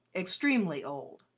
extremely old.